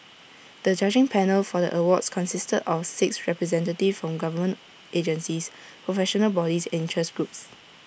the judging panel for the awards consisted of six representatives from government agencies professional bodies and interest groups